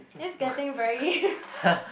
this getting very